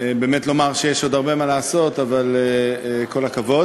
ולומר באמת שיש עוד הרבה מה לעשות, אבל כל הכבוד.